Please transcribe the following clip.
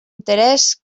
interès